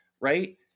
Right